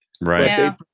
Right